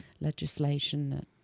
legislation